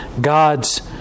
God's